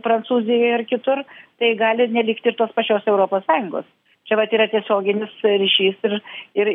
prancūzijoj ar kitur tai gali ir nelikti ir tos pačios europos sąjungos čia vat yra tiesioginis ryšys ir ir